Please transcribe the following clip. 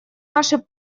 нашей